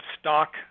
stock